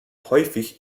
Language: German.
häufig